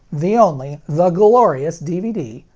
the only, the glorious dvd,